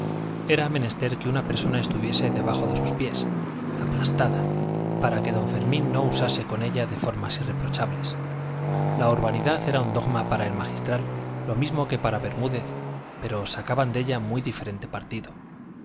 era menester que una persona estuviese debajo de sus pies aplastada para que don fermín no usase con ella de formas irreprochables la urbanidad era un dogma para el magistral lo mismo que para bermúdez pero sacaban de ella muy diferente partido